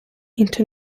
into